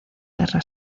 guerra